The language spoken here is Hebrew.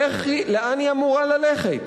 איך היא, לאן היא אמורה ללכת?